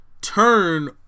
turn